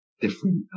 different